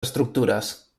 estructures